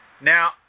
Now